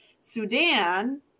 Sudan